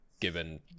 given